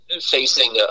facing